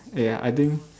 ya I didn't